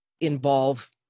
involve